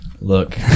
Look